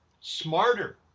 smarter